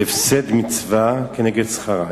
הפסד מצווה כנגד שכרה",